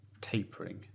tapering